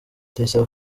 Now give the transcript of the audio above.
ndayisaba